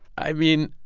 i mean,